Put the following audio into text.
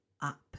up